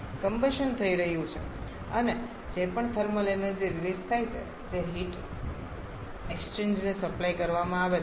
combustion થઈ રહ્યું છે અને જે પણ થર્મલ એનર્જી રીલીઝ થાય છે જે હીટ એક્સ્ચેન્જર ને સપ્લાય કરવામાં આવે છે